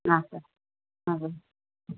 sir అవే